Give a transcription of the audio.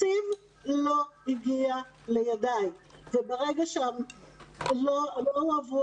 התקציב לא הגיע לידיי וכאשר לא הועברו